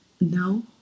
no